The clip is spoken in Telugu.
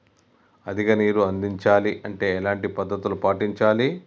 అధిక నీరు అందించాలి అంటే ఎలాంటి పద్ధతులు పాటించాలి?